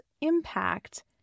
Impact